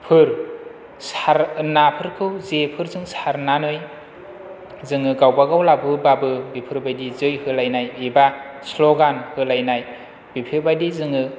fair सार नाफोरखौ जेफोरजों सारनानै जोङो गावबा गाव लाबोबाबो बिफोरबायदि जै होलायनाय एबा स्ल'गान होलायनाय बेफोरबायदि जोङो